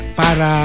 para